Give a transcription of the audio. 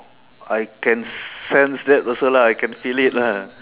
I can sense that also lah I can feel it lah